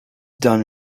done